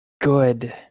Good